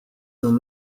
non